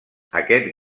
aquest